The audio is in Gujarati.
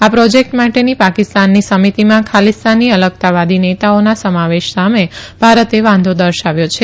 આ પ્રોજેક્ટ માટેની પાકિસ્તાનની સમિતિમાં ખાલિસ્તાની અલગતાવાદી નેતાઓના સમાવેશ સામે ભારતે વાંધો દર્શાવ્યો છે